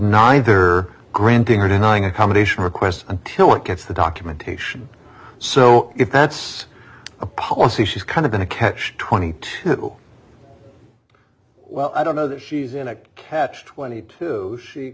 not either granting or denying accommodation requests until one gets the documentation so if that's the policy she's kind of in a catch twenty two well i don't know that she's in a catch twenty two she